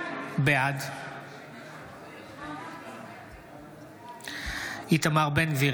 בעד איתמר בן גביר,